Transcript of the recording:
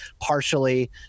partially